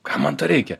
kam man to reikia